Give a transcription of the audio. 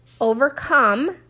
overcome